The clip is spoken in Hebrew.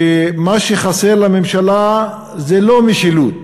שמה שחסר לממשלה הוא לא משילות,